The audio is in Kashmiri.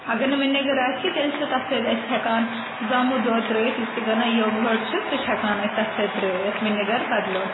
اگر نہٕ وِنیگر آسہِ کہِ تیٚلہِ چھِ تَتھ سۭتۍ أسۍ ہیٚکان زامُت دۄد ترٲیِتھ یُس کہِ زَنان یوگٲڑ چھُ سُہ چھُ ہیٚکان أسۍ تَتھ سۭتۍ ترٲیِتھ وِنیگر بَدلہٕ